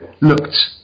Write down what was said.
looked